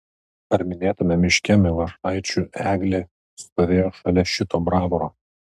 ar minėtame miške milašaičių eglė stovėjo šalia šito bravoro